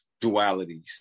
dualities